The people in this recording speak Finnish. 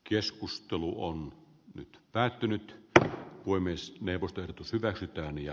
keskustelu on nyt päättynyt tähän voi myös neuvoston hyväksyttävän ja